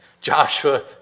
Joshua